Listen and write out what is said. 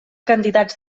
candidats